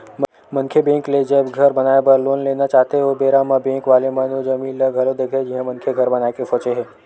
मनखे बेंक ले जब घर बनाए बर लोन लेना चाहथे ओ बेरा म बेंक वाले मन ओ जमीन ल घलो देखथे जिहाँ मनखे घर बनाए के सोचे हे